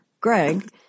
Greg